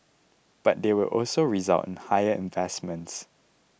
but they will also result in higher investments